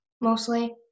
mostly